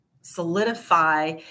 solidify